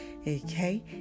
Okay